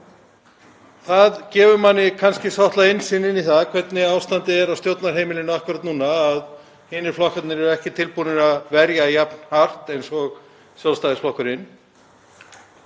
Það gefur manni kannski svolitla innsýn í það hvernig ástandið er á stjórnarheimilinu akkúrat núna að hinir flokkarnir eru ekki tilbúnir að verja ráðherra jafn hart og Sjálfstæðisflokkurinn.